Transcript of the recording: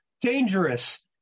dangerous